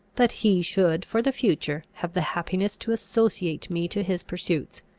that he should for the future have the happiness to associate me to his pursuits